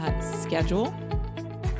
schedule